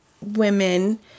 women